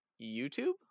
YouTube